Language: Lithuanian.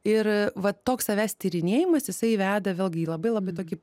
ir vat toks savęs tyrinėjimas jisai veda vėlgi į labai labai tokį